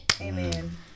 Amen